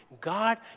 God